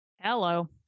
Hello